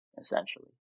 essentially